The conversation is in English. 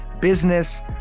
business